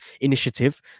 initiative